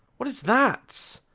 what is that?